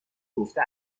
گفته